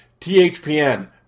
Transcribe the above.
THPN